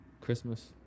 christmas